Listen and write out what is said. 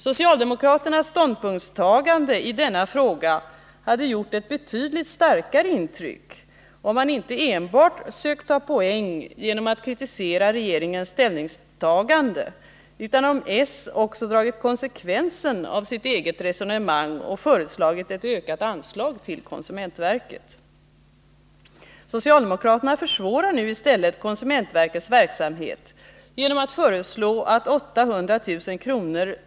Socialdemokraternas ståndpunktstagande i denna fråga hade gjort ett betydligt starkare intryck, om man inte enbart sökt ta poäng genom att kritisera regeringens ställningstagande utan också dragit konsekvensen av sitt eget resonemang och föreslagit ett ökat anslag till konsumentverket. Socialdemokraterna försvårar nu i stället konsumentverkets verksamhet genom att föreslå att 800 000 kr.